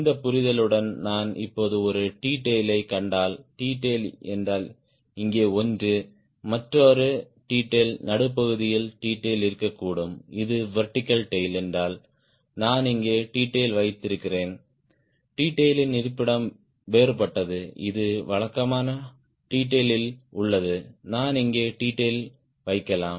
இந்த புரிதலுடன் நான் இப்போது ஒரு T Tail லைக் கண்டால் T Tail என்றால் இங்கே ஒன்று மற்றொரு T Tail நடுப்பகுதியில் T Tail இருக்கக்கூடும் இது வெர்டிகல் டேய்ல் என்றால் நான் இங்கே T Tail வைத்திருக்கிறேன் T Tail லின் இருப்பிடம் வேறுபட்டது இது வழக்கமான T Tail லில் உள்ளது நான் இங்கே T Tail வைக்கலாம்